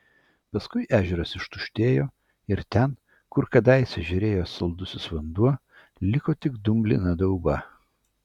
paskui ežeras ištuštėjo ir ten kur kadaise žėrėjo saldusis vanduo liko tik dumblina dauba